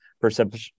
perception